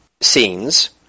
scenes